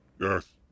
Yes